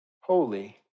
holy